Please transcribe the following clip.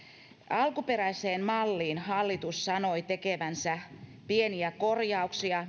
alkuperäiseen malliin hallitus sanoi tekevänsä pieniä korjauksia